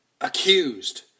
accused